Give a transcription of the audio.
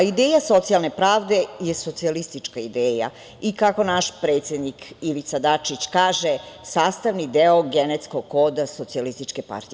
Ideja socijalne pravde je socijalistička ideja i kako naš predsednik Ivica Dačić kaže - sastavni deo genetskog koda SPS.